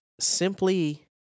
simply